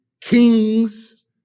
kings